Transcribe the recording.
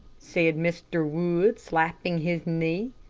said mr. wood, slapping his knee.